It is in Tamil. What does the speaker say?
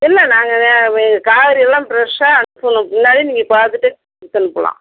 இல்லை நாங்கள் நே நீங்கள் காய்கறி எல்லாம் ஃப்ரெஷ்ஷாக அனுப்பின பின்னாடி நீங்கள் பார்த்துட்டு கொடுத்தனுப்பலாம்